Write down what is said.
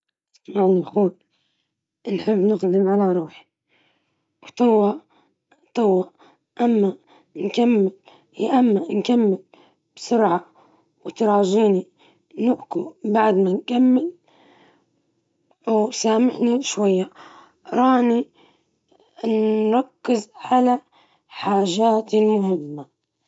بكل أدب، نقوله معليش يا خوي، عندي شغل ضروري نركز فيه، ممكن نحكي بعدين؟ ونبتسم عشان ما يزعل.